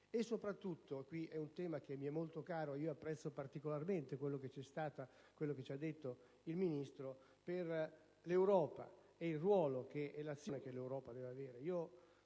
e soprattutto - questo è un tema che mi è molto caro, e apprezzo particolarmente quello che ci ha detto il Ministro - per l'Europa e il ruolo e l'azione che l'Europa deve svolgere.